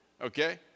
okay